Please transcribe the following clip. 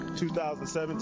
2017